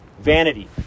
vanity